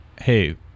hey